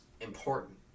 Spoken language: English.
important